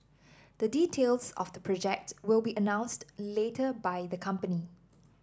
the details of the project will be announced later by the company